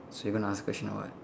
so you gonna ask question or what